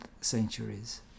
centuries